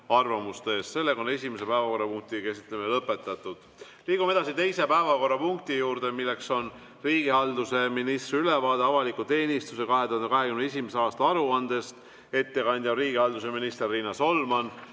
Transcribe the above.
arvamuste eest. Esimese päevakorrapunkti käsitlemine on lõpetatud. Liigume edasi teise päevakorrapunkti juurde, milleks on riigihalduse ministri ülevaade avaliku teenistuse 2021. aasta aruandest. Ettekandja on riigihalduse minister Riina Solman.